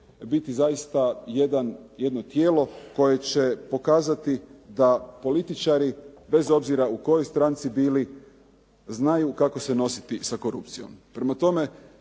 biti zaista jedno tijelo koje će pokazati da političari bez obzira u kojoj stranci bili znaju kako se nositi sa korupcijom.